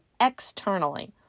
externally